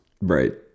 Right